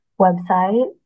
website